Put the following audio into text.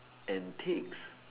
and takes